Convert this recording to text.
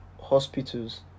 hospitals